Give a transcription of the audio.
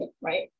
right